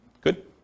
Good